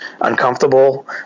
uncomfortable